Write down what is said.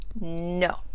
no